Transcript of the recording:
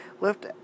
lift